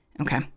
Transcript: okay